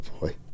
boy